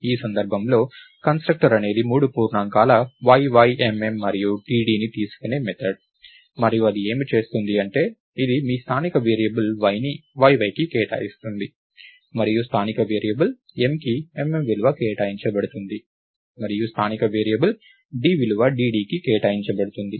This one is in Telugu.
ఈ సందర్భంలో కన్స్ట్రక్టర్ అనేది మూడు పూర్ణాంకాల yy mm మరియు ddని తీసుకునే మెథడ్ మరియు అది ఏమి చేస్తుంది అంటే ఇది మీ స్థానిక వేరియబుల్ yని yyకి కేటాయిస్తుంది మరియు స్థానిక వేరియబుల్ mకి mm విలువ కేటాయించబడుతుంది మరియు స్థానిక వేరియబుల్ d విలువ dd కి కేటాయించబడుతుంది